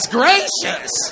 gracious